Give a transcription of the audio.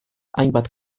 hainbat